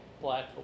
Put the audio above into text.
black